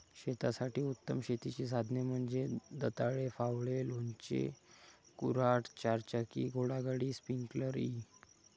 शेतासाठी उत्तम शेतीची साधने म्हणजे दंताळे, फावडे, लोणचे, कुऱ्हाड, चारचाकी घोडागाडी, स्प्रिंकलर इ